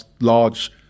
large